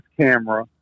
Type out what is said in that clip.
camera